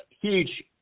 huge